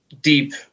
deep